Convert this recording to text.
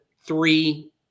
three